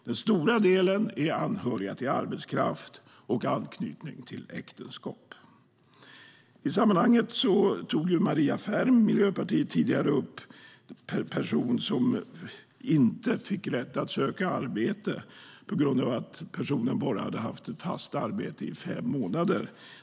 Den stora delen är anhöriga till arbetskraft och anknytning genom äktenskap. I sammanhanget tog Maria Ferm, Miljöpartiet, tidigare upp en person som inte fick rätt att söka arbete på grund av att personen bara hade haft ett fast arbete i fem månader.